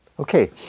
Okay